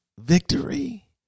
victory